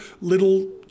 little